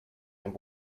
and